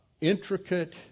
intricate